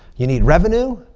you need revenue.